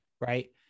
right